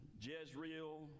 Jezreel